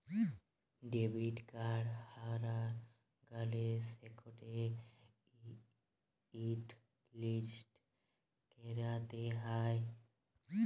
debit card হারাঁয় গ্যালে সেটকে হটলিস্ট ক্যইরতে হ্যয়